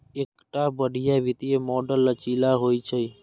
एकटा बढ़िया वित्तीय मॉडल लचीला होइ छै